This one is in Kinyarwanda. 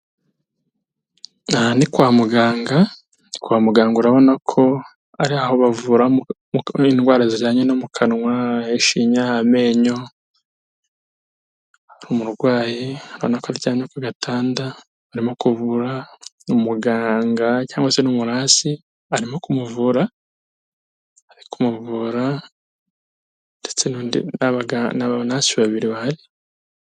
Aha ni kwa muganga, kwa muganga urabona ko ari aho bavura indwara zijyanye no mu kanwa, ishinya, amenyo, hari umurwayi urabona ko aryamye ku gatanda, umuganga cyangwa se n'umunasi arimo kumuvura, ari kumuvura ndetse ni abanasi babiri bahari.